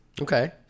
Okay